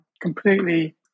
completely